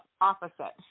opposite